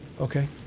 Okay